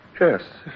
Yes